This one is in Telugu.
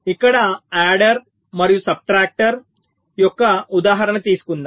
ఇక్కడ యాడెర్ మరియు సబ్ట్రాక్టర్ యొక్క ఉదాహరణ తీసుకుందాం